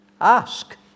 ask